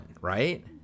right